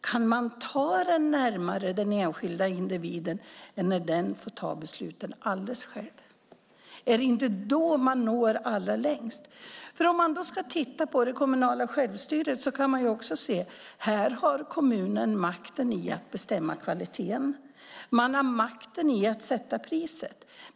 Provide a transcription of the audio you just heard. Kan man fatta besluten närmare den enskilda individen än när han eller hon får fatta besluten alldeles själv? Är det inte då man når allra längst? Om man ska titta på det kommunala själstyret kan man också se att kommunen här har makten att bestämma kvaliteten. Den har makten att sätta priset.